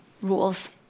rules